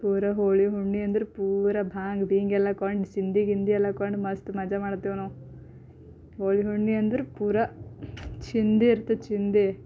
ಪೂರ ಹೋಳಿ ಹುಣ್ಮಿ ಅಂದರೆ ಪೂರಾ ಭಾಂಗ ಬಿಂಗ ಎಲ್ಲ ಕೊಂಡು ಸಿಂದಿ ಗಿಂದಿಯೆಲ್ಲ ಕೊಂಡು ಮಸ್ತ ಮಜಾ ಮಾಡ್ತೇವೆ ನಾವು ಹೋಳಿ ಹುಣ್ಮಿ ಅಂದರೆ ಪೂರ ಚಿಂದಿ ಇರ್ತದೆ ಚಿಂದಿ